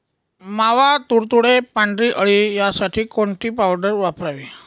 मावा, तुडतुडे, पांढरी अळी यासाठी कोणती पावडर वापरावी?